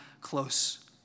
close